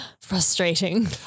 frustrating